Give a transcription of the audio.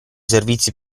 servizi